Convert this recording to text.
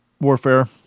warfare